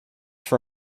for